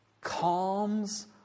calms